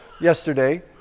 yesterday